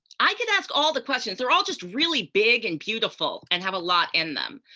i could ask all the questions, they're all just really big and beautiful and have a lot in them.